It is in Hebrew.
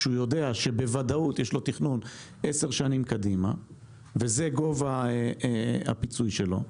כשהוא יודע שבוודאות יש לו תכנון עשר שנים קדימה וזה גובה הפיצוי שלו.